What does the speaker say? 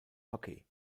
hockey